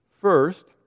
First